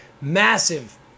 massive